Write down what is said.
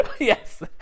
Yes